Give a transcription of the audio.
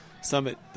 Summit